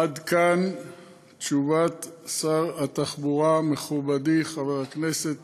עד כאן תשובת שר התחבורה, מכובדי חבר הכנסת